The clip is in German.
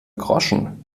groschen